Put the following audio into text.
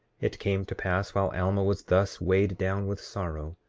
it came to pass while alma was thus weighed down with sorrow,